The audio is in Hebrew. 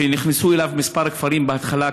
שנכנסו אליו כמה כפרים בהתחלה,